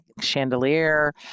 chandelier